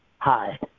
Hi